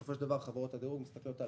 בסופו של דבר חברות הדירוג מסתכלות על